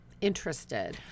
interested